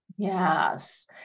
Yes